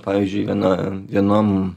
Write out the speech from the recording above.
pavyzdžiui viena vienam